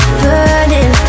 burning